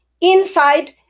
inside